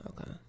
okay